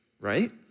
right